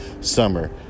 summer